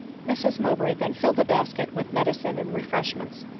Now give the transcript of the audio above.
mrs mowbray then filled a basket with medicine and refreshments,